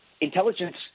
intelligence